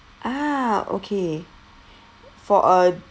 ah okay for a